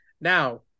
Now